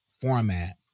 format